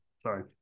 sorry